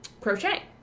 crochet